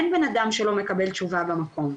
אין אדם שלא מקבל תשובה במקום.